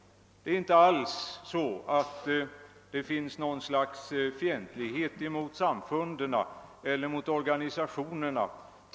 Det är inte alls så att det föreligger något slags fientlighet mot samfunden eller organisationerna.